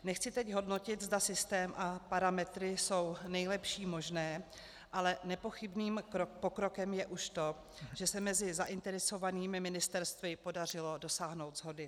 Nechci teď hodnotit, zda systém a parametry jsou nejlepší možné, ale nepochybným pokrokem je už to, že se mezi zainteresovanými ministerstvy podařilo dosáhnout shody.